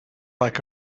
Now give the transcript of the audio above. like